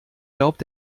glaubt